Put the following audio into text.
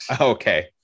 okay